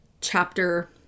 chapter